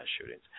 shootings